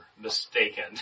mistaken